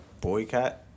Boycott